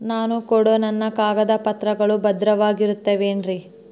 ನಾನು ಕೊಡೋ ನನ್ನ ಕಾಗದ ಪತ್ರಗಳು ಭದ್ರವಾಗಿರುತ್ತವೆ ಏನ್ರಿ?